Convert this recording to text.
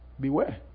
beware